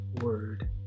word